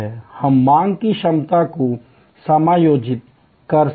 हम मांग की क्षमता को समायोजित कर सकते हैं